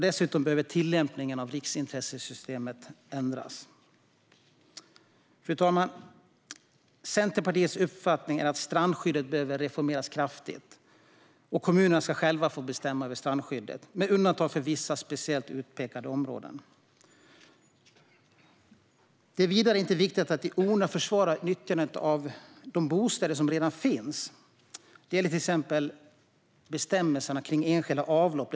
Dessutom behöver tillämpningen av riksintressesystemet ändras. Fru talman! Centerpartiets uppfattning är att strandskyddet behöver reformeras kraftigt och att kommunerna själva ska få bestämma över strandskyddet, med undantag för vissa speciellt utpekade skyddsområden. Det är vidare viktigt att inte i onödan försvåra nyttjandet av de bostäder som redan finns. Det gäller till exempel bestämmelserna om enskilda avlopp.